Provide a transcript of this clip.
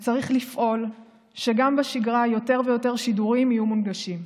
וצריך לפעול שגם בשגרה יותר ויותר שידורים יהיו מונגשים.